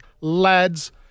Lads